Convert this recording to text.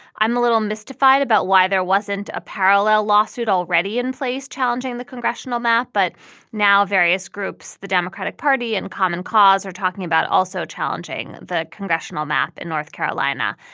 i'm a little mystified about why there wasn't a parallel lawsuit already in place challenging the congressional map but now various groups the democratic party and common cause are talking about also challenging the congressional map in north carolina.